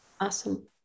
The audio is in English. Awesome